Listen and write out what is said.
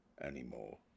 anymore